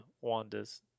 Wanda's